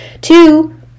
Two